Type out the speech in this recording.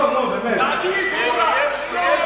שחיתות.